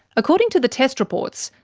according to the test reports,